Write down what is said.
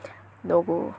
no bro